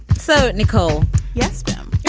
so. nicole yes, ma'am.